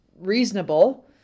reasonable